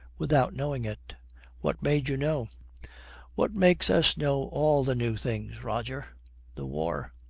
without knowing it what made you know what makes us know all the new things, roger the war.